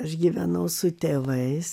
aš gyvenau su tėvais